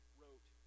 wrote